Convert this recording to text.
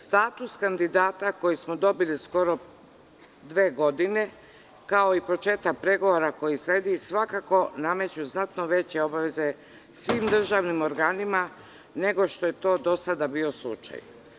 Status kandidata, koji smo dobili pre dve godine, kao i početak pregovora koji sledi, svakako nameću znatno veće obaveze svim državnim organima, nego što je to do sada bio slučaj.